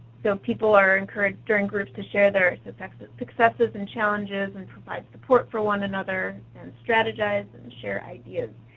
so people are encouraged during groups to share their successes successes and challenges and provide support for one another and strategize and share ideas.